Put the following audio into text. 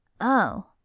Oh